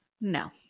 No